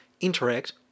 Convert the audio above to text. interact